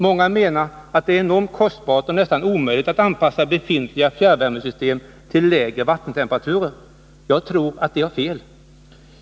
Många menar att det är enormt kostbart och nästan omöjligt att anpassa befintliga fjärrvärmesystem till lägre vattentemperaturer. Jag tror att de har fel.